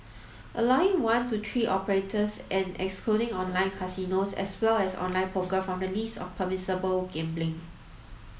allowing one to three operators and excluding online casinos as well as online poker from the list of permissible gambling